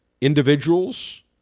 individuals